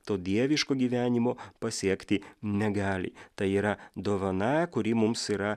to dieviško gyvenimo pasiekti negali tai yra dovana kuri mums yra